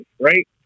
right